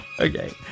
Okay